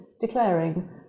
declaring